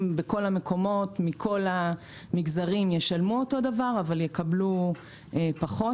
בכל המקומות מכל המגזרים ישלמו אותו דבר אבל יקבלו פחות.